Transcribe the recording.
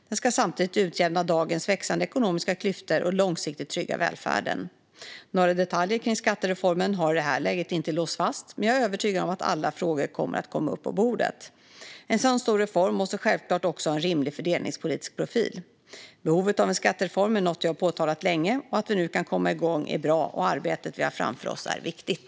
Den ska samtidigt utjämna dagens växande ekonomiska klyftor och långsiktigt trygga välfärden. Några detaljer kring skattereformen har i det här läget inte låsts fast, men jag är övertygad om att alla frågor kommer att komma upp på bordet. En sådan stor reform måste självklart också ha en rimlig fördelningspolitisk profil. Behovet av en skattereform är något jag har pekat på länge. Att vi nu kan komma igång är bra, och arbetet vi har framför oss är viktigt.